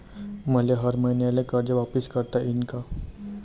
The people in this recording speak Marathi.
मले हर मईन्याले कर्ज वापिस करता येईन का?